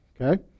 Okay